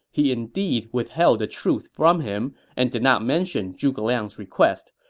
he indeed withheld the truth from him and did not mention zhuge liang's request.